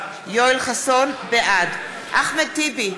בעד אחמד טיבי,